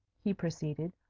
he proceeded,